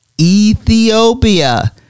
Ethiopia